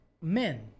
men